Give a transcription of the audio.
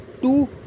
two